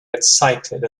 excited